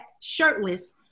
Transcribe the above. shirtless